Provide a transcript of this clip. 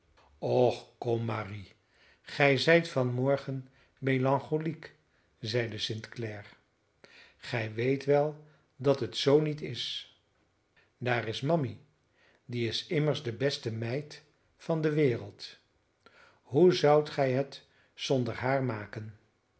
och kom marie ge zijt van morgen melancholiek zeide st clare gij weet wel dat het zoo niet is daar is mammy die is immers de beste meid van de wereld hoe zoudt gij het zonder haar maken